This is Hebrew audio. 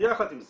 יחד עם זה,